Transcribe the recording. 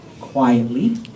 quietly